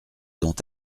dont